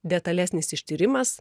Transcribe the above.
detalesnis ištyrimas